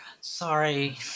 Sorry